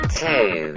two